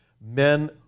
men